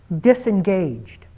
disengaged